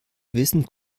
wissen